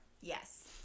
Yes